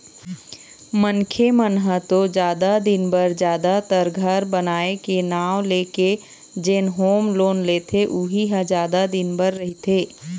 मनखे मन ह तो जादा दिन बर जादातर घर बनाए के नांव लेके जेन होम लोन लेथे उही ह जादा दिन बर रहिथे